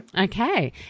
Okay